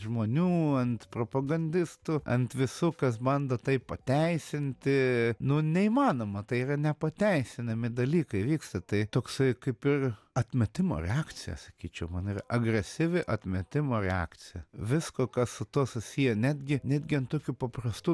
žmonių ant propagandistų ant visų kas bando tai pateisinti nu neįmanoma tai yra nepateisinami dalykai vyksta tai toksai kaip ir atmetimo reakcija sakyčiau man yra agresyvi atmetimo reakcija visko kas su tuo susiję netgi netgi ant tokių paprastų